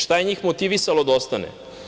Šta je njih motivisalo da ostanu?